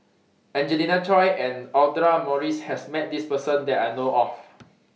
Angelina Choy and Audra Morrice has Met This Person that I know of